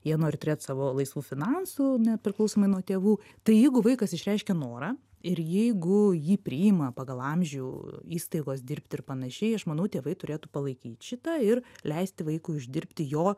jie nori turėt savo laisvų finansų nepriklausomai nuo tėvų tai jeigu vaikas išreiškia norą ir jeigu jį priima pagal amžių įstaigos dirbti ir panašiai aš manau tėvai turėtų palaikyt šitą ir leisti vaikui uždirbti jo